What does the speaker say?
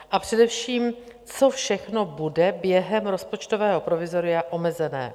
A především, co všechno bude během rozpočtového provizoria omezené?